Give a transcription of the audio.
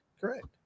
Correct